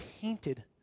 tainted